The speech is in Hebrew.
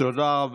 תודה רבה.